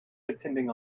depending